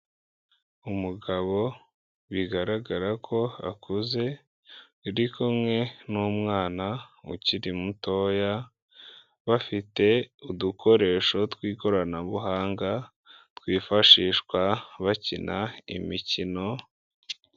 Umugabo bigaragara ko akuze uri kumwe n'umwana ukiri mutoya bafite udukoresho tw'ikoranabuhanga twifashishwa bakina imikino.